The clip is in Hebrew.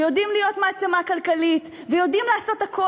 ויודעים להיות מעצמה כלכלית ויודעים לעשות הכול.